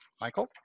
Michael